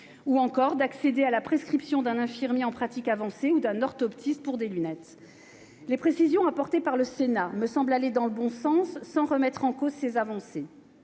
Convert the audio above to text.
ou encore d'accéder à la prescription d'un infirmier en pratique avancée ou d'un orthoptiste pour des lunettes. Les précisions apportées par le Sénat me semblent aller dans le bon sens, sans remettre en cause ces avancées.